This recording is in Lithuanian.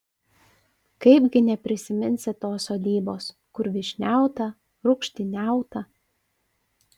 kaipgi neprisiminsi tos sodybos kur vyšniauta rūgštyniauta